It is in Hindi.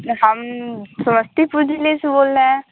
हम समस्तीपुर जिले से बोल रहे हैं